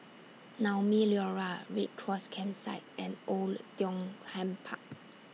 Naumi Liora Red Cross Campsite and Oei Tiong Ham Park